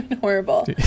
horrible